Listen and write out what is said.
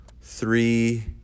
three